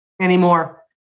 anymore